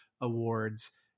awards